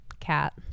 cat